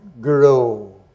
grow